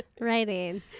writing